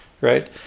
Right